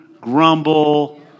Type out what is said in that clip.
grumble